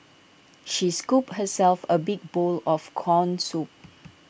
she scooped herself A big bowl of Corn Soup